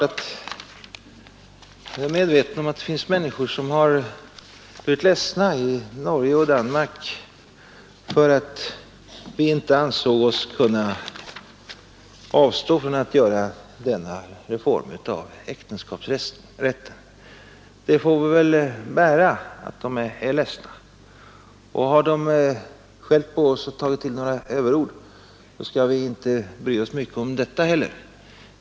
Jag är givetvis medveten om att det finns människor i Norge och Danmark som blivit ledsna för att vi inte ansåg oss kunna avstå från att genomföra den föreslagna reformeringen av äktenskapslagstiftningen. Vi får bära att de är ledsna, och om de har skällt på oss och tagit till överord skall vi inte bry oss så mycket om det heller.